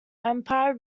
empire